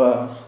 ପା